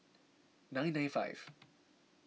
nine nine five